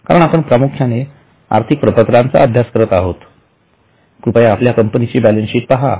कारण आपण प्रामुख्याने आर्थिक प्रपत्रांचा अभ्यास करत आहोत कृपया आपल्या कंपनीची बॅलन्सशीट पहा